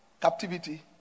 captivity